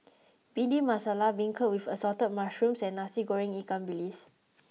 bhindi masala beancurd with assorted mushrooms and nasi goreng ikan bilis